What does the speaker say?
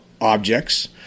objects